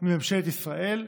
מממשלת ישראל,